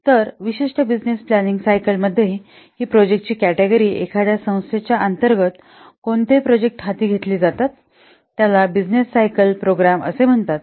तर विशिष्ट business planning cycle मध्ये प्रोजेक्ट ची कॅटेगरी एखाद्या संस्थेच्या अंतर्गत कोणते प्रोजेक्ट हाती घेतले जातात त्यास बिजनेस सायकल प्रोग्राम असे म्हणतात